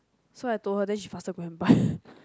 so I told her then she faster go and buy